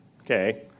Okay